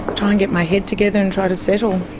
try and get my head together and try to settle.